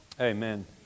Amen